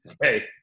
Hey